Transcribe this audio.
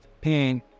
Pain